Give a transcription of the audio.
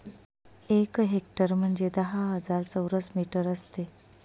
एक हेक्टर म्हणजे दहा हजार चौरस मीटर असते